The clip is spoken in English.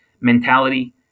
mentality